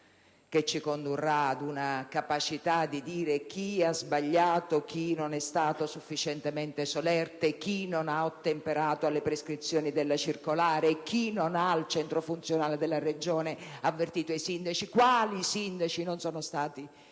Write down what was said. che ci condurrà alla capacità di dire chi ha sbagliato, chi non è stato sufficientemente solerte, chi non ha ottemperato alle prescrizioni della circolare, chi al centro funzionale della Regione non ha avvertito i sindaci e quali sindaci non sono stati in grado